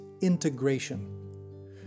integration